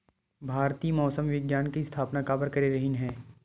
भारती मौसम विज्ञान के स्थापना काबर करे रहीन है?